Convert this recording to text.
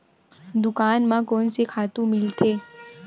दुकान म कोन से खातु मिलथे?